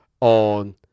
on